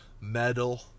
metal